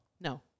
No